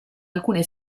alcune